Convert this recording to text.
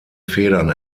federn